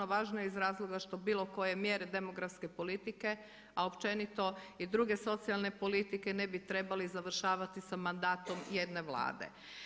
Važno je iz razloga što bilo koje mjere demografske politike a općenito i druge socijalne politike ne bi trebali završavati sa mandatom jedne vlade.